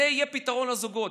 זה יהיה הפתרון לזוגות.